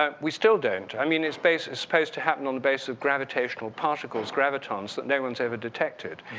um we still don't. i mean, it's based it's supposed to happen on the base of gravitational particles, gravitons that no one has ever detected.